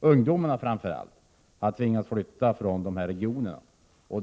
Framför allt ungdomarna har tvingats flytta från dessa regioner.